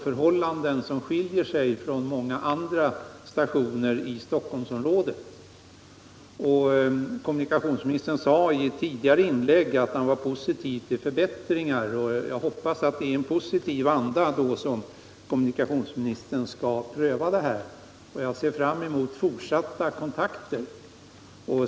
Förhållandena här skiljer sig alltså från förhållandena på Kommunikationsministern sade i ett tidigare inlägg att han var positiv till förbättringar. Jag hoppas därför att kommunikationsministern kommer att pröva denna fråga i en positiv anda. Jag ser fram emot fortsatta kontakter.